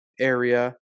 area